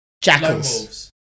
Jackals